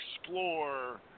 explore